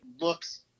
looks